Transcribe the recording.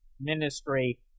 ministry